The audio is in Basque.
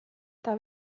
eta